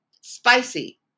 spicy